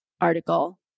article